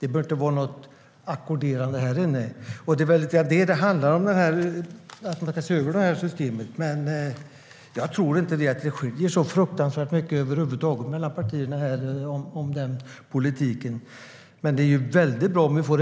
Det bör inte vara något ackorderande här inne. Det är väl vad det handlar om när det gäller att se över systemet. Jag tror dock inte att skiljer så fruktansvärt mycket över huvud taget mellan partierna i den politiken, men det är ju väldigt bra om vi till